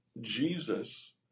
Jesus